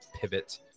pivot